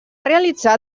realitzar